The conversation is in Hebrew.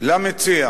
למציע